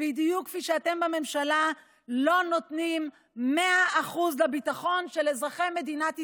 בדיוק כפי שאתם בממשלה לא נותנים 100% לביטחון של אזרחי מדינת ישראל,